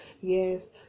yes